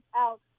out